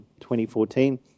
2014